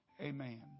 Amen